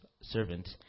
servant